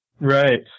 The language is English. Right